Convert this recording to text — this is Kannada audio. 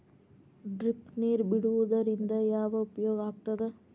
ಡ್ರಿಪ್ ನೇರ್ ಬಿಡುವುದರಿಂದ ಏನು ಉಪಯೋಗ ಆಗ್ತದ?